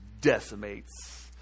decimates